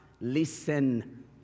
listen